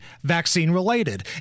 vaccine-related